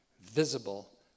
visible